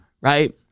right